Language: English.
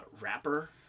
wrapper